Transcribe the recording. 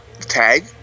tag